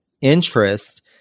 interest